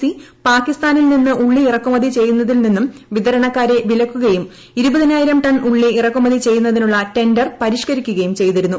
C പാകിസ്ഥാനിൽ നിന്ന് ഉള്ളി ഇറക്കുമതി ചെയ്യുന്നതിൽ നിന്നും വിതരണക്കാരെ വിലക്കുകയും ഇരുപതിനായിരം ടൺ ഉള്ളി ഇറക്കുമതി ചെയ്യുന്നതിനുള്ള ടെണ്ടർ പരിഷ്ക്കരിക്കുകയും ചെയ്തിരുന്നു